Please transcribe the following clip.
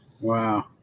Wow